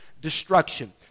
destruction